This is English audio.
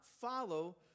follow